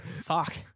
Fuck